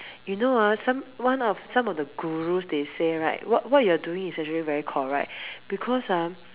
you know ah some one of some of the gurus they say right what you are doing is actually very correct because ah